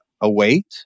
await